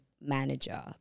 manager